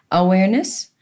awareness